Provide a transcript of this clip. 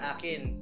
Akin